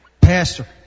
Pastor